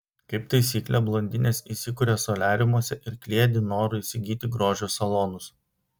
kaip taisyklė blondinės įsikuria soliariumuose ir kliedi noru įsigyti grožio salonus